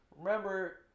Remember